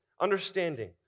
understanding